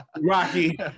Rocky